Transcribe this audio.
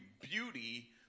beauty